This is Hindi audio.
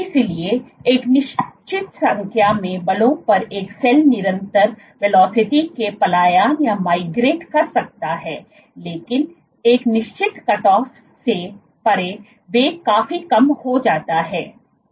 इसलिए एक निश्चित संख्या में बलों पर एक सेल निरंतर वेलोसिटी से पलायन कर सकता है लेकिन एक निश्चित कटऑफ से परे वेग काफी कम हो जाता है